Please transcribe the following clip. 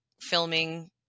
filming